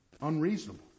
Unreasonable